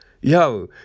yo